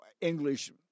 english